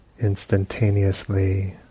instantaneously